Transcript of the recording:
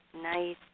Nice